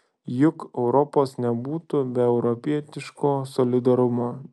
juk europos nebūtų be europietiško solidarumo